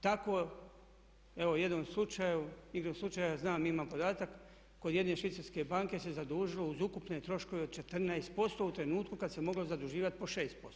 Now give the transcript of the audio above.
Tako evo u jednom slučaju, igrom slučaja, znam, imam podatak, kod jedne švicarske banke se zadužilo uz ukupne troškove od 14% u trenutku kada se moglo zaduživati po 6%